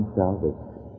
salvation